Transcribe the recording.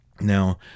Now